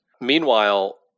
Meanwhile